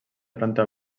planta